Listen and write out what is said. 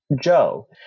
Joe